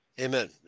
Amen